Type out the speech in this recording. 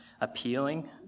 appealing